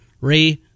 Ray